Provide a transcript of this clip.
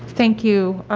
thank you,